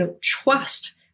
trust